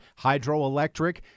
hydroelectric